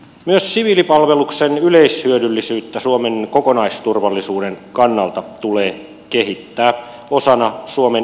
myös siviilipalveluksen yleishyödyllisyyttä suomen kokonaisturvallisuuden kannalta tulee kehittää osana suomen kriisivalmiutta